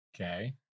Okay